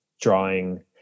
drawing